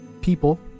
people